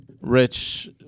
rich